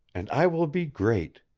and i will be great.